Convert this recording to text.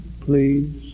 please